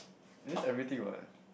is just everything what